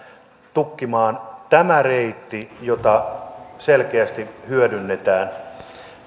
tukkimaan tämän reitin jota selkeästi hyödynnetään